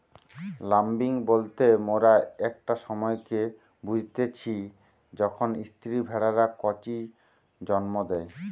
lambing বলতে মোরা একটা সময়কে বুঝতিচী যখন স্ত্রী ভেড়ারা কচি জন্ম দেয়